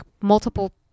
multiple